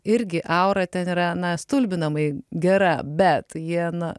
irgi aura ten yra na stulbinamai gera bet jie na